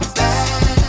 bad